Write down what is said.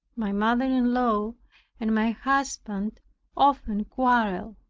my mother-in-law and my husband often quarrelled.